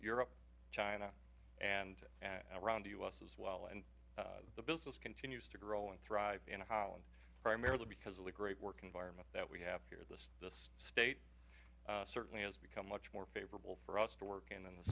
europe china and around the u s as well and the business continues to grow and thrive in holland primarily because of the great work environment that we have here this state certainly has become much more favorable for us to work in and the